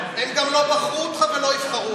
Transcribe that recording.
כי מדובר באזרחים שווי זכויות.